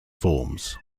forms